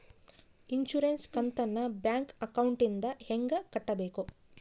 Insurance ಕಂತನ್ನ bank ಅಕೌಂಟಿಂದ ಹೆಂಗ ಕಟ್ಟಬೇಕು?